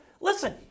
listen